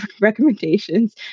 recommendations